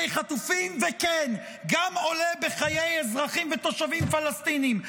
וכן, גם עולה בחיי אזרחים ותושבים פלסטינים.